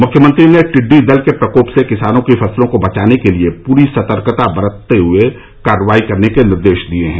मुख्यमंत्री ने टिड्डी दल के प्रकोप से किसानों की फसलों को बचाने के लिए पूरी सतर्कता बरतते हुए कार्रवाई करने के निर्देश दिए हैं